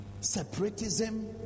separatism